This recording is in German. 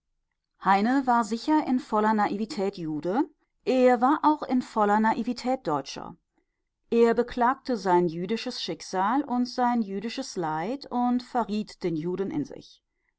heine war sicher in voller naivität jude er war auch in voller naivität deutscher er beklagte sein jüdisches schicksal und sein jüdisches leid und verriet den juden in sich